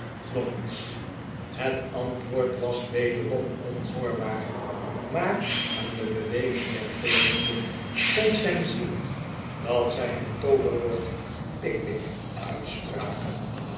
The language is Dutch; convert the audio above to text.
nog eens het antwoord was wederom onhoorbaar maar aan de beweging der twee monden kon sam zien dat zij het tooverwoord pickwick uitspraken